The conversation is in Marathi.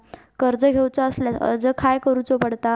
कर्ज घेऊचा असल्यास अर्ज खाय करूचो पडता?